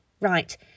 Right